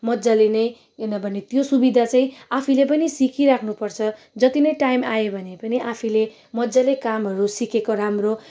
मजाले नै किनभने त्यो सुबिदा चाहिँ आफैले पनि सिकिराख्नु पर्छ जति नै टाइम आयो भने पनि आफैले मजाले कामहरू सिकेको राम्रो